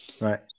Right